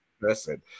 person